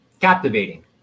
captivating